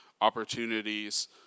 opportunities